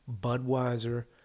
Budweiser